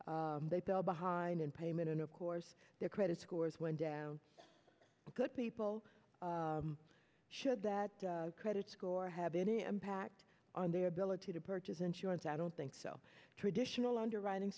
they fell behind in payment and of course their credit scores went down good people should that credit score have any impact on their ability to purchase insurance i don't think so traditional underwriting